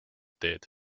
teed